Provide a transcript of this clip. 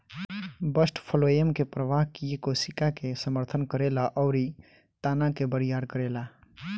bast phloem के प्रवाह किये कोशिका के समर्थन करेला अउरी तना के बरियार करेला